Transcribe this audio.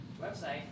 website